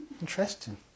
Interesting